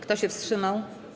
Kto się wstrzymał?